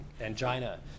angina